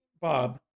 Bob